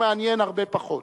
הוא מעניין הרבה פחות.